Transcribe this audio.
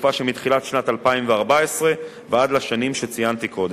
לתקופה שמתחילת שנת 2014 ועד לשנים שציינתי קודם.